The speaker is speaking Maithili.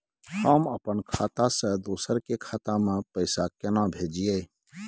हम अपन खाता से दोसर के खाता में पैसा केना भेजिए?